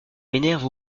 m’énerve